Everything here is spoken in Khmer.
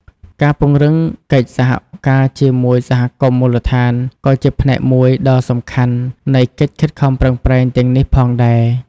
ការពង្រឹងកិច្ចសហការជាមួយសហគមន៍មូលដ្ឋានក៏ជាផ្នែកមួយដ៏សំខាន់នៃកិច្ចខិតខំប្រឹងប្រែងទាំងនេះផងដែរ។